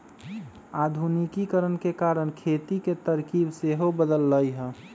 आधुनिकीकरण के कारण खेती के तरकिब सेहो बदललइ ह